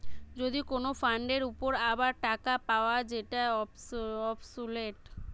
যদি কোন ফান্ডের উপর আবার টাকা পায় যেটা অবসোলুট